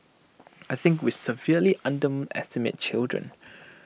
I think we severely underestimate children